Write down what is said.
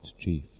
chief